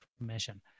information